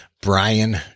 Brian